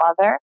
mother